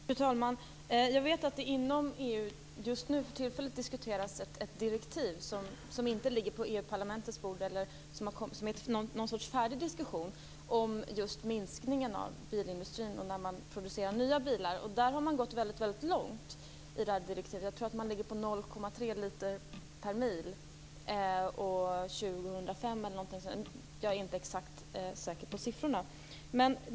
Fru talman! Jag vet att det inom EU just nu diskuteras ett direktiv som inte ligger på Europaparlamentets bord som någon sorts färdig diskussion om just minskningen inom bilindustrin vid produktion av nya bilar. I direktivet har man gått väldigt långt. Jag tror att det ligger på 0,3 liter per mil till år 2005. Jag är inte riktigt säker på siffrorna.